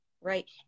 right